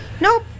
Nope